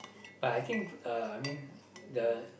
but I think uh I mean the